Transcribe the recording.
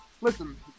listen